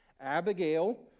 Abigail